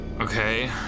okay